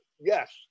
Yes